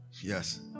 yes